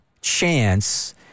chance